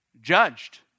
judged